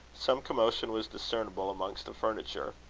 some commotion was discernible amongst the furniture.